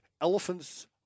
elephants